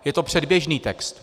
Je to předběžný text.